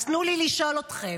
אז תנו לי לשאול אתכם: